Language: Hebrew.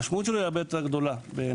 המשמעות שלו היא הרבה יותר גדולה בעיניי.